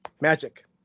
magic